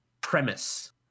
premise